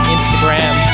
Instagram